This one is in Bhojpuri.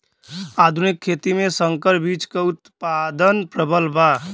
आधुनिक खेती में संकर बीज क उतपादन प्रबल बा